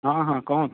ହଁ ହଁ କହନ୍ତୁ